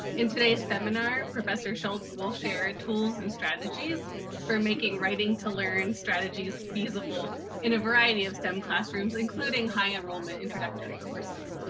in today's seminar, professor shultz will share tools and strategies for making writing-to-learn strategies feasible in a variety of stem classrooms, including high enrollment introductory introductory courses.